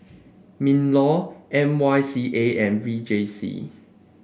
Minlaw M Y C A and V J C